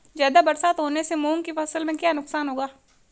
ज़्यादा बरसात होने से मूंग की फसल में क्या नुकसान होगा?